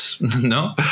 no